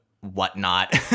whatnot